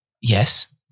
Yes